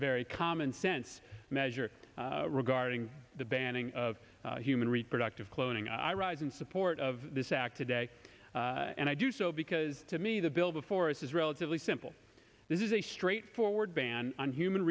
very commonsense measure regarding the banning of human reproductive cloning i rise in support of this act today and i do so because to me the bill before us is relatively simple this is a straightforward ban on human